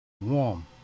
Warm